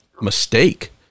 mistake